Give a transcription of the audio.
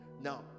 now